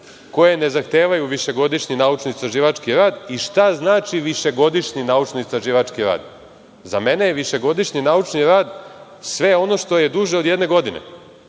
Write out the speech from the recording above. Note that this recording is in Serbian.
koje ne zahtevaju višegodišnji naučno-istraživački rad i šta znači višegodišnji naučno-istraživački rad? Za mene je višegodišnji naučni rad sve ono što je duže od jedne godine.